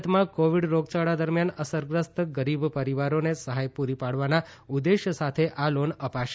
ભારતમાં કોવિડ રોગયાળા દરમ્યાન અસરગ્રસ્ત ગરીબ પરિવારોને સહાય પુરી પાડવાના ઉદ્દેશ્ય સાથે આ લોન અપાશે